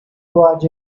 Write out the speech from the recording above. was